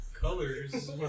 Colors